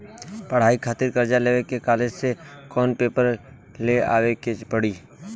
पढ़ाई खातिर कर्जा लेवे ला कॉलेज से कौन पेपर ले आवे के पड़ी?